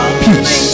peace